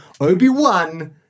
Obi-Wan